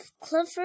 Clifford